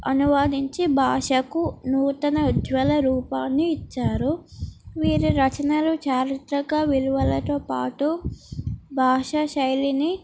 అనువాదించి భాషకు నూతన ఉజ్వల రూపాన్ని ఇచ్చారు వీరి రచనలు చారిత్రక విలువలతో పాటు భాషా శైలిని